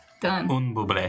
Done